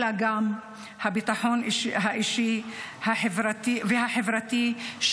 אלא גם בביטחון האישי והחברתי,